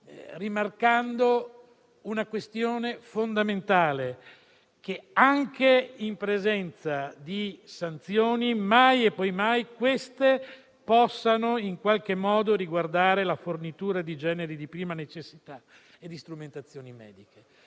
rimarcando una questione fondamentale. Anche in presenza di sanzioni, mai e poi mai queste possono in qualche modo riguardare la fornitura di generi di prima necessità e di strumentazioni mediche.